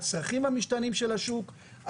הצרכים המשתנים של השוק,